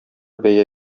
бәя